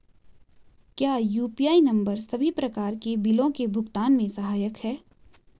क्या UPI number सभी प्रकार के बिलों के भुगतान में सहायक हैं?